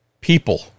people